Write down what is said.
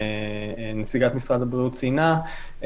נציגת משרד הבריאות ציינה,